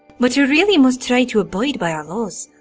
but you really must try to abide by our laws.